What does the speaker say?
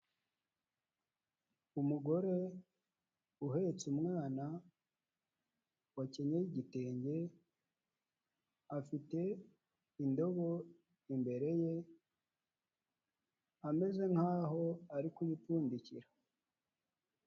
Umugore uhetse umwana wakenyeye igitenge afite indobo imbere ye ameze nkaho ari kuyipfundikira.